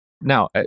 Now